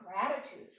gratitude